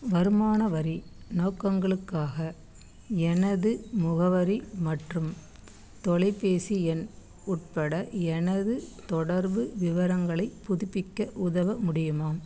வருமான வரி நோக்கங்களுக்காக எனது முகவரி மற்றும் தொலைபேசி எண் உட்பட எனது தொடர்பு விவரங்களைப் புதுப்பிக்க உதவ முடியுமா